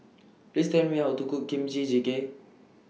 Please Tell Me How to Cook Kimchi Jjigae